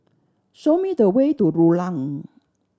show me the way to Rulang